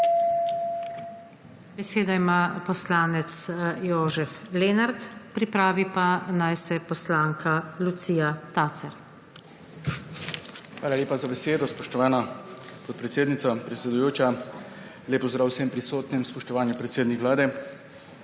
Besedo ima poslanec Jožef Lenart, pripravi pa naj se poslanka Lucija Tacer. JOŽEF LENART (PS SDS): Hvala lepa za besedo, spoštovana podpredsednica, predsedujoča. Lep pozdrav vsem prisotnim, spoštovani predsednik Vlade!